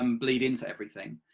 um bleed into everything.